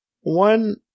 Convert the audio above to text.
One